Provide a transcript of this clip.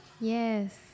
yes